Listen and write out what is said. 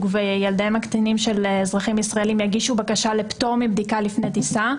וילדיהם הקטינים של אזרחים ישראלים יגישו בקשה לפטור מבדיקה לפני טיסה,